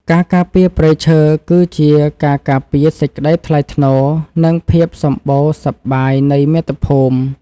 ការការពារព្រៃឈើ គឺជាការការពារសេចក្តីថ្លៃថ្នូរ និងភាពសម្បូរសប្បាយនៃមាតុភូមិ។